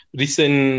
recent